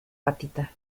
patita